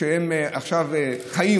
שיעורים חיים,